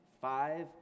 Five